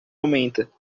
aumenta